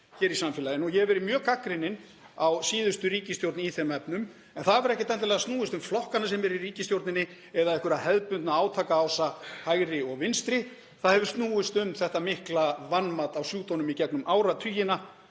hér í samfélaginu. Ég hef verið mjög gagnrýninn á síðustu ríkisstjórn í þeim efnum en það hefur ekkert endilega snúist um flokkana sem voru í ríkisstjórninni eða einhverja hefðbundna átakaása, hægri og vinstri. Það hefur snúist um þetta mikla vanmat á sjúkdómnum í gegnum áratugina